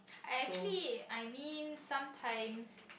I actually I mean sometimes